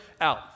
out